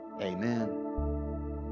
Amen